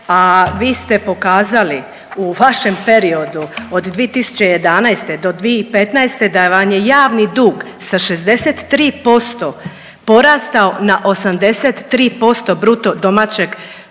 a vi ste pokazali u vašem periodu od 2011. do 2015. da vam je javni dug sa 63% porastao na 83% BDP-a odnosno